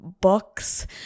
books